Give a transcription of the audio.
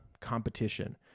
competition